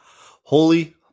Holy